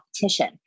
competition